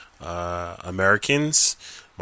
Americans